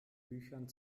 büchern